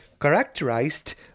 characterized